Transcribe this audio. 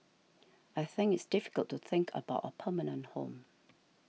I think it's difficult to think about a permanent home